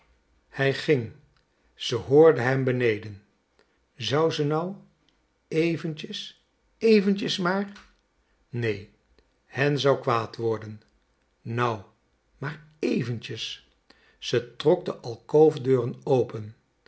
hij ging ze hoorde hem beneden zou ze nou eventjes eventjes maar nee hen zou kwaad worden nou maar éventjes ze trok de alkoofdeuren open